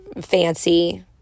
fancy